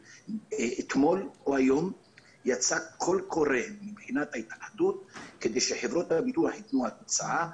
אתמול או היום יצא קול קורא מההתאחדות כדי שחברות הביטוח יתנו הצעה,